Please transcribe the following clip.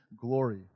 glory